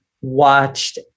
watched